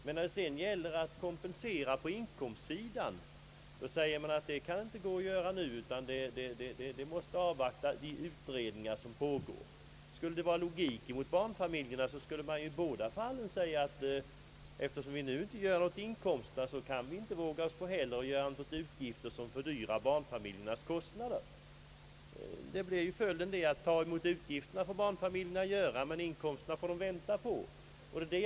Men när det sedan gäller att kompensera på inkomstsidan säger man, att det kan man inte göra nu, utan man måste avvakta de utredningar som pågår. Om det skall vara logik när det gäller barnfamiljerna, skulle man ju i båda fallen säga, att eftersom man inte gör något åt inkomsterna, så kan man inte heller våga sig på utgifter som ökar barnfamiljernas kostnader. Följden blir nu att barnfamiljerna får bära utgifterna, men får vänta på inkomsterna.